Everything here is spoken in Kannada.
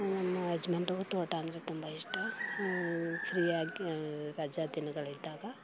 ನಮ್ಮ ಯಜಮಾನ್ರಿಗೂ ತೋಟ ಅಂದರೆ ತುಂಬ ಇಷ್ಟ ಫ್ರೀಯಾಗಿ ರಜಾ ದಿನಗಳಿದ್ದಾಗ